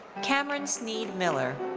cameron sneed miller.